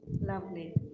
lovely